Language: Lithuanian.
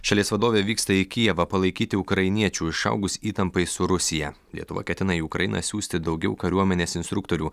šalies vadovė vyksta į kijevą palaikyti ukrainiečių išaugus įtampai su rusija lietuva ketina į ukrainą siųsti daugiau kariuomenės instruktorių